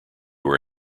were